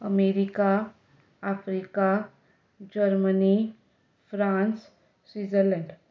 America Africa Germany France Switzerland